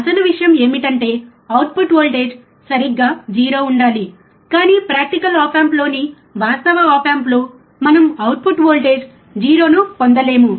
అసలు విషయం ఏమిటంటే అవుట్పుట్ వోల్టేజ్ సరిగ్గా 0 ఉండాలి కానీ ప్రాక్టికల్ ఆప్ ఆంప్లోని వాస్తవ ఆప్ ఆంప్లో మనం అవుట్పుట్ వోల్టేజ్ 0 ను పొందలేము